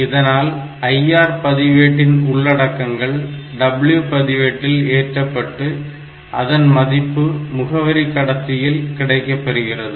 இதனால் IR பதிவேட்டின் உள்ளடக்கங்கள் W பதிவேட்டில் ஏற்றப்பட்டு அதன் மதிப்பு முகவரி கடத்தியில் கிடைக்கப்பெறுகிறது